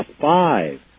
five